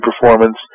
performance